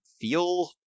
feel